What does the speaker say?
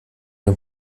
dem